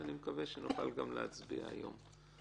אני מקווה שנוכל גם להצביע היום.